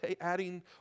adding